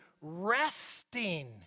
resting